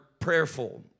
prayerful